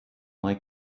like